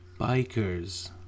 Bikers